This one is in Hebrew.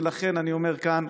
ולכן אני אומר כאן,